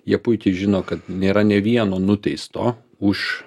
jie puikiai žino kad nėra nė vieno nuteisto už